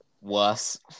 worse